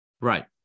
Right